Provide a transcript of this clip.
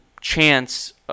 chance